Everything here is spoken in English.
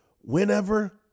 whenever